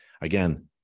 Again